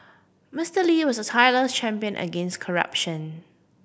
Mister Lee was a tireless champion against corruption